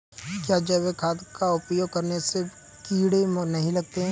क्या जैविक खाद का उपयोग करने से कीड़े नहीं लगते हैं?